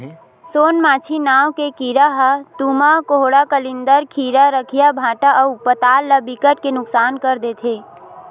सोन मांछी नांव के कीरा ह तुमा, कोहड़ा, कलिंदर, खीरा, रखिया, भांटा अउ पताल ल बिकट के नुकसान कर देथे